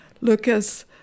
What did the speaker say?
Lucas